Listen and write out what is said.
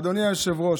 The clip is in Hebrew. אדוני היושב-ראש,